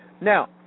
Now